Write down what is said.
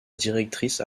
directrice